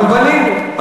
אבל בנינו.